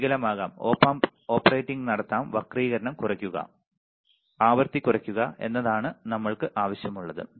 വികലമാകാം Op amp operating നടത്താം വക്രീകരണം കുറയ്ക്കുക ആവൃത്തി കുറയ്ക്കുക എന്നതാണ് നമുക്ക് ആവശ്യമുള്ളത്